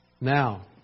Now